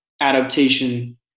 adaptation